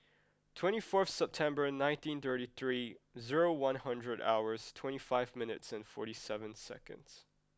twenty fourth September nineteen thirty three zero one hundred hours twenty five minutes and forty seven seconds